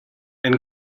and